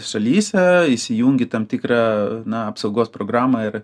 šalyse įsijungi tam tikrą na apsaugos programą ir